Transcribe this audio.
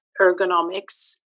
ergonomics